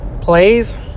plays